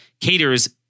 caters